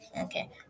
Okay